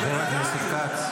תגיד, פעם אתה התנצלת על משהו?